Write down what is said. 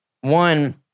one